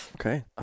Okay